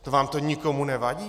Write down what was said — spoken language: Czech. To vám to nikomu nevadí?